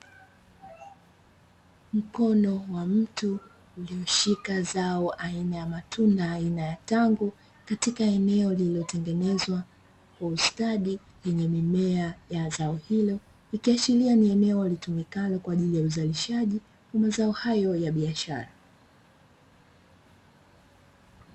Mkono wa mtu ulioshika zao aina ya matunda aina ya tango katika eneo lililotengenezwa kwa ustadi lenye mimea ya zao hilo, ikiashiria ni eneo linalotumika kwa ajili ya uzalishaji wa mazao hayo ya biashara.